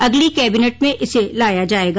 अगली कैबिनेट में इसे लाया जाएगा